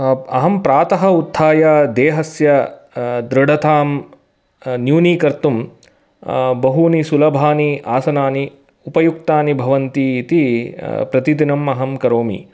अहं प्रातः उत्थाय देहस्य दृढ़तां न्यूनीकर्तुं बहूनि सुलभानि आसनानि उपयुक्तानि भवन्ति इति प्रतिदिनम् अहं करोमि